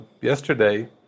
yesterday